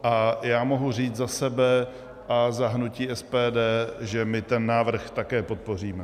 A já mohu říct za sebe a za hnutí SPD, že my ten návrh také podpoříme.